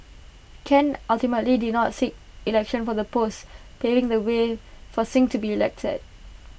Ken ultimately did not seek election for the post paving the way for Singh to be elected